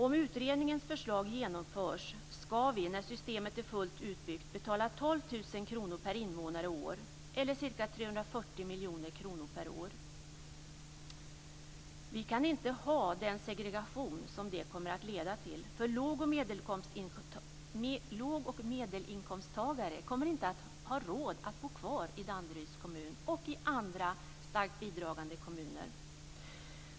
Om utredningens förslag genomförs skall vi, när systemet är fullt utbyggt, betala 12 000 kr per invånare och år, totalt ca 340 miljoner kronor per år. Vi kan inte ha den segregation som det kommer att leda till, för låg och medelinkomsttagare kommer inte att ha råd att bo kvar i Danderyds kommun och i andra starkt bidragande kommuner.